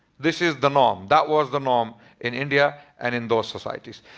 this is the norm. that was the norm in india and in those societies.